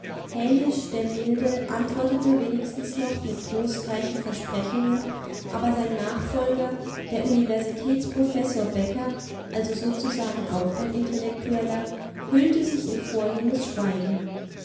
hänisch der milde antwortete wenigstens noch mit trostreichen versprechungen aber sein nachfolger der universitätsprofessor becker also sozusagen auch ein intellektueller hüllte sich in vornehmes schweigen